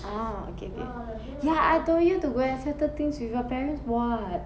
ah okay okay ya I told you to go settle things with your parents [what]